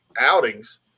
outings